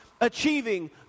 achieving